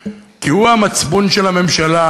כי הוא המצפון של הממשלה.